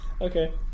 Okay